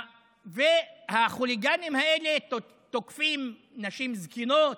והחוליגנים האלה תוקפים נשים זקנות,